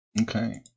okay